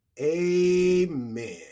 amen